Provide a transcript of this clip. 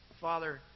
Father